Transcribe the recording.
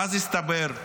ואז הסתבר,